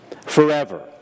forever